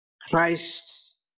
Christ